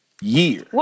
year